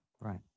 Right